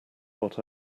what